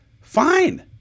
fine